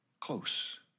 close